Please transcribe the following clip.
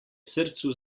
srcu